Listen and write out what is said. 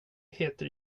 heter